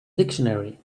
dictionary